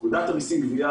פקודת המיסים גבייה,